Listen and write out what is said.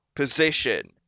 position